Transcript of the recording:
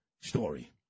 story